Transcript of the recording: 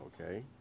okay